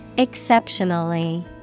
Exceptionally